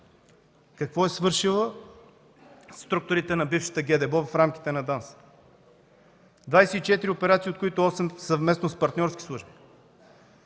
какво са свършили структурите на бившата ГДБОП в рамките на ДАНС: 24 операции, от които осем – съвместно с партньорски служби.